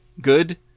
good